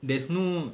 there's no